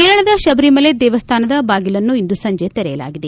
ಕೇರಳದ ಶಬರಿಮಲೆ ದೇವಸ್ಥಾನದ ಬಾಗಿಲನ್ನು ಇಂದು ಸಂಜೆ ತೆರೆಯಲಾಗಿದೆ